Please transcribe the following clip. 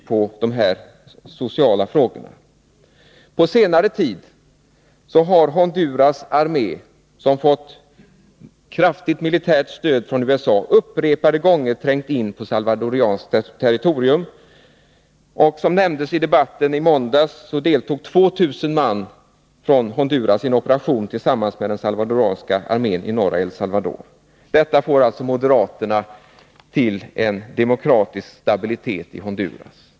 På senare tid har Honduras armé, som fått kraftigt militärt stöd från USA, upprepade gånger trängt in på salvadoranskt territorium. Som nämndes i debatten i måndags deltog 2000 man från Honduras i en operation tillsammans med den salvadoranska armén i norra El Salvador. Detta får moderaterna till en demokratisk stabilitet i Honduras!